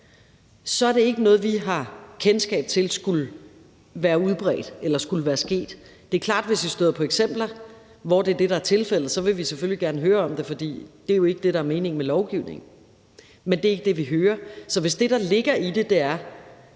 så er det ikke noget, vi har kendskab til skulle være udbredt eller skulle være sket. Det er klart, at hvis vi støder på eksempler, hvor det er det, der er tilfældet, vil vi selvfølgelig gerne høre om det, for det er jo ikke det, der er meningen med lovgivningen. Men det er ikke det, vi hører. Så hvis det, der ligger i det, er,